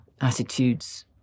attitudes